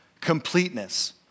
completeness